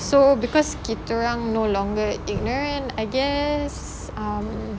so because kita orang no longer ignorant I guess um